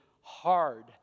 hard